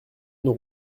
nous